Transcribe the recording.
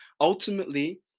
Ultimately